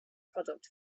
product